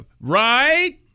right